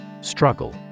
Struggle